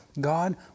God